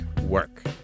work